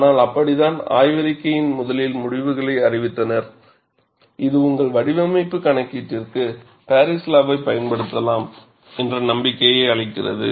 ஆனால் அப்படித்தான் ஆய்வறிக்கையின் முதலில் முடிவுகளை அறிவித்தனர் இது உங்கள் வடிவமைப்பு கணக்கீட்டிற்கு பாரிஸ் லாவை பயன்படுத்தப்படலாம் என்ற நம்பிக்கையை அளிக்கிறது